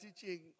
teaching